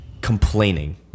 Complaining